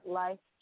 life